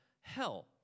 hell